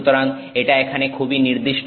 সুতরাং এটা এখানে খুবই নির্দিষ্ট